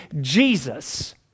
Jesus